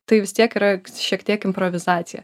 tai vis tiek yra šiek tiek improvizacija